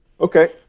okay